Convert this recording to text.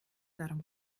darum